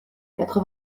quatre